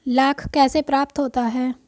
लाख कैसे प्राप्त होता है?